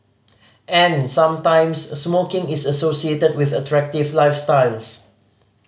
and sometimes smoking is associated with attractive lifestyles